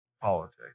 politics